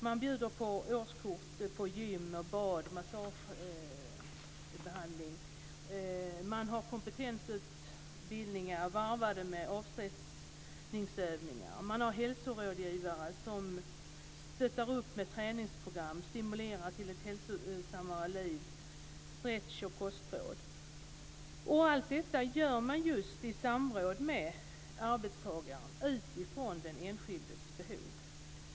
Man bjuder på årskort på gym, bad, massagebehanding, man ordnar kompetensutbildningar varvade med avstressningsövningar och man har hälsorådgivare som stöttar upp med träningsprogram och stimulerar till ett hälsosammare liv, stretching och kostråd. Allt detta gör man just i samråd med arbetstagaren utifrån den enskildes behov.